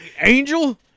Angel